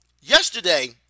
yesterday